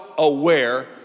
Aware